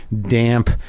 damp